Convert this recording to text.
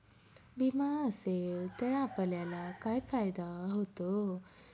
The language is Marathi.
विमा असेल तर आपल्याला काय फायदा होतो?